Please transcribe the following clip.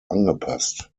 angepasst